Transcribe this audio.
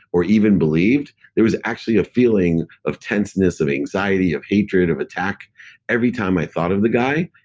or even believed there was actually a feeling of tenseness, of anxiety, of hatred, of attack every time i thought of the guy,